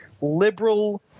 liberal